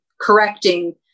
correcting